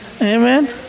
amen